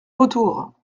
retour